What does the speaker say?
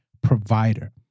provider